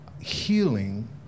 healing